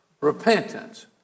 Repentance